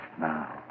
now